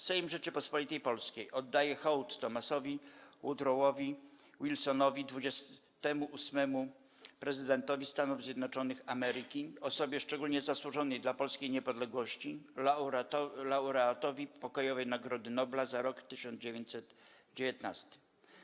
Sejm Rzeczypospolitej Polskiej oddaje hołd Thomasowi Woodrowowi Wilsonowi, dwudziestemu ósmemu prezydentowi Stanów Zjednoczonych Ameryki, osobie szczególnie zasłużonej dla polskiej niepodległości, laureatowi pokojowej Nagrody Nobla za rok 1919.